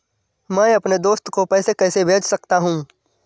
मैं अपने दोस्त को पैसे कैसे भेज सकता हूँ?